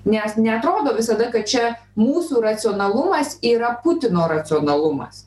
nes neatrodo visada kad čia mūsų racionalumas yra putino racionalumas